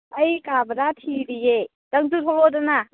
ꯑꯩ ꯀꯥ ꯚꯔꯥ ꯊꯤꯔꯤꯌꯦ ꯅꯪꯁꯨ ꯊꯣꯛꯂꯛꯑꯣꯗꯅ